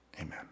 Amen